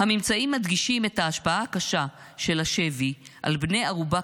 הממצאים מדגישים את ההשפעה הקשה של השבי על בני ערובה